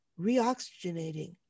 reoxygenating